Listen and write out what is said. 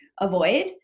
avoid